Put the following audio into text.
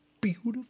beautiful